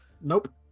nope